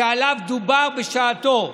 ודובר עליו בשעתו: